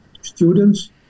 students